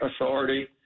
authority